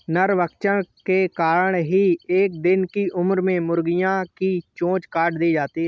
नरभक्षण के कारण एक दिन की उम्र में मुर्गियां की चोंच काट दी जाती हैं